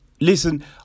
listen